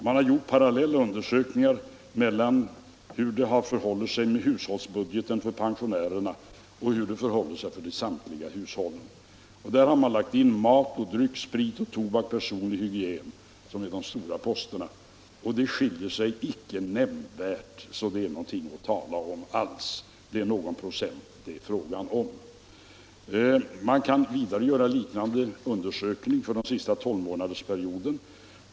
Man har gjort parallella undersökningar där man jämfört hur det har förhållit sig med hushållsbudgeten för pensionärerna och hur det förhållit sig för övriga hushåll. I den undersökningen har man lagt in mat och dryck, sprit och tobak och personlig hygien, som är de stora posterna. De skiljer sig icke nämnvärt, det är endast fråga om någon procent. Man kan göra en liknande undersökning för den senaste tolvmånadersperioden.